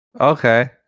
Okay